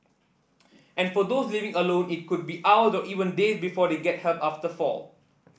and for those living alone it could be hours or even days before they get help after fall